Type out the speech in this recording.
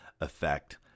effect